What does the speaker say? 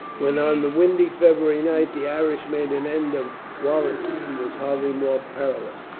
when on the windy february night the irish made an end of wallen stein, was hardly more perilous.